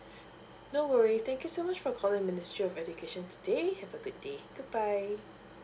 no worries thank you so much for calling ministry of education today have a good day goodbye